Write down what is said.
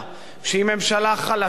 שהיא ממשלה חלשה,